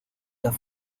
las